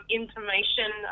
information